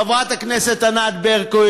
חברת הכנסת ענת ברקו,